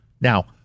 Now